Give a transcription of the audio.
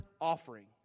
offering